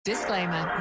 Disclaimer